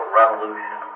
revolution